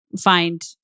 find